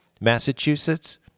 Massachusetts